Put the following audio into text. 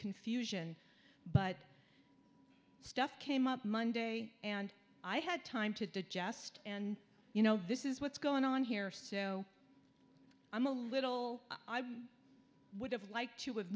confusion but stuff came up monday and i had time to digest and you know this is what's going on here so i'm a little i'm would have liked to have